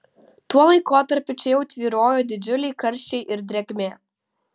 tuo laikotarpiu čia jau tvyrojo didžiuliai karščiai ir drėgmė